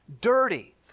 Dirty